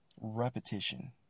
repetition